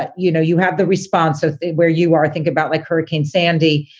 but you know, you have the response of where you are. think about like hurricane sandy.